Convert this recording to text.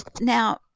Now